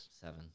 seven